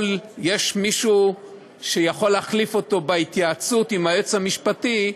יש מישהו שיכול להחליף אותו בהתייעצות עם היועץ המשפטי,